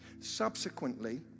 Subsequently